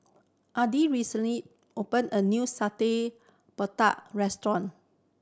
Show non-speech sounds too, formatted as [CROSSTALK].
Addie recently open a new satay [UNINTELLIGIBLE] restaurant